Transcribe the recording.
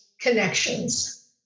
connections